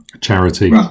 charity